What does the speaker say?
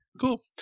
cool